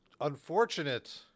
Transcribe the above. unfortunate